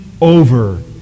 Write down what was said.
over